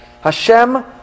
Hashem